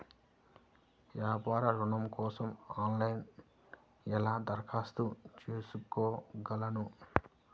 వ్యాపార ఋణం కోసం ఆన్లైన్లో ఎలా దరఖాస్తు చేసుకోగలను?